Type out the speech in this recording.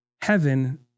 heaven